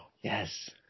yes